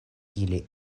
ili